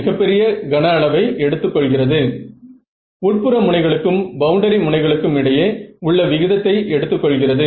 மின்தடையின் அதே மதிப்பை பெறுவதற்கு நீங்கள் குறைந்தது 100 லிருந்து 120 பகுதிகளை பெற்றிருக்க வேண்டும்